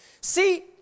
See